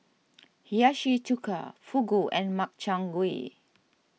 Hiyashi Chuka Fugu and Makchang Gui